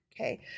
Okay